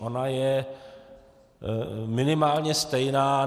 Ona je minimálně stejná.